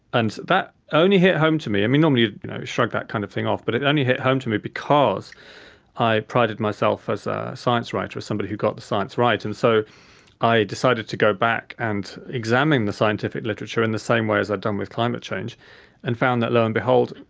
and that only hit home to me, normally you'd shrug that kind of thing off, but it only hit home to me because i prided myself as a science writer as somebody who got the science right. and so i decided to go back and examine the scientific literature in the same way as i'd done with climate change and found that, lo and behold,